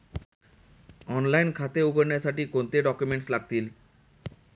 Online खाते उघडण्यासाठी कोणते डॉक्युमेंट्स लागतील?